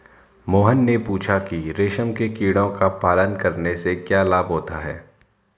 मोहन ने पूछा कि रेशम के कीड़ों का पालन करने से क्या लाभ होता है?